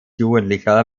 jugendlicher